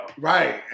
Right